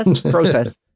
process